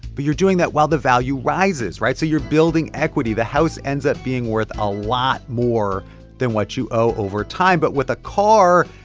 but you're doing that while the value rises, right? so you're building equity. the house ends up being worth a lot more than what you owe over time. but with a car,